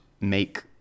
make